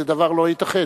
זה דבר שלא ייתכן.